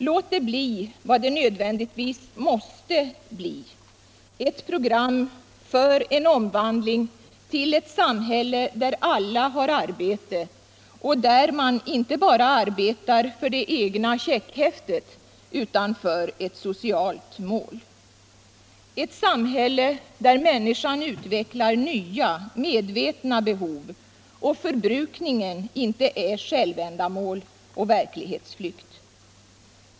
Låt det bli vad det nödvändigtvis måste bli, ett program för en omvandling till ett samhälle där alla har arbete och där man inte bara arbetar för det egna checkhäftet utan för ett socialt mål. Ett samhälle, där människan utvecklar nya, medvetna behov och förbrukningen inte är självändamål och verklighetsflykt.